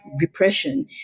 repression